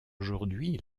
aujourd’hui